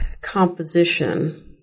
composition